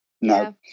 No